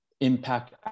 impact